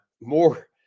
more